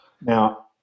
Now